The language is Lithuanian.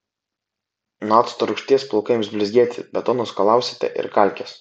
nuo acto rūgšties plaukai ims blizgėti be to nuskalausite ir kalkes